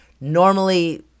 Normally